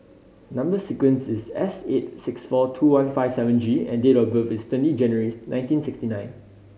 number sequence is S eight six four two one five seven G and date of birth is twenty January nineteen sixty nine